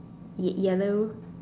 ya yellow